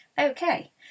okay